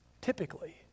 typically